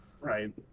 Right